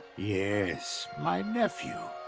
yes, my nephew.